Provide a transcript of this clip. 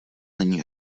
není